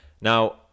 Now